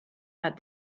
had